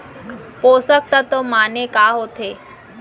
पोसक तत्व माने का होथे?